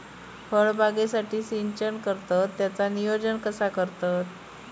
फळबागेसाठी सिंचन करतत त्याचो नियोजन कसो करतत?